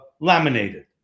laminated